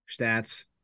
Stats